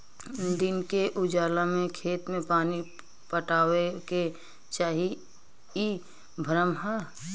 दिन के उजाला में खेत में पानी पटावे के चाही इ भ्रम ह